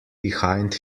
behind